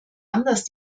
anders